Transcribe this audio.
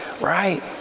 right